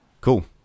Cool